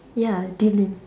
ya dylan